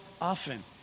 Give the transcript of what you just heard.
often